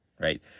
right